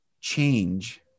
change